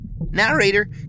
Narrator